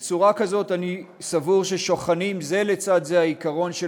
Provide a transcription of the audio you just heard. בצורה כזאת אני סבור ששוכנים זה לצד זה העיקרון של